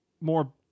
more